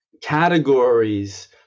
categories